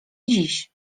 dziś